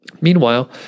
Meanwhile